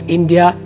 India